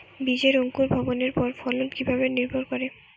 বীজের অঙ্কুর ভবনের ওপর ফলন কিভাবে নির্ভর করে?